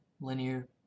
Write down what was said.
linear